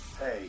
Hey